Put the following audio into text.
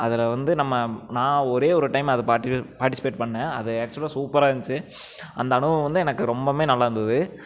அதில் வந்து நம்ம நான் ஒரே ஒரு டைம் அது பார்ட்டிசிபேட் பண்ணேன் அது ஆக்ச்சுலாக சூப்பராக இருந்துச்சு அந்த அனுபவம் வந்து எனக்கு ரொம்பவுமே நல்லாயிருந்துது